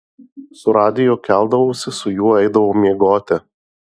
su radiju keldavausi su juo eidavau miegoti